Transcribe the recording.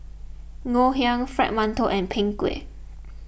Ngoh Hiang Fried Mantou and Png Kueh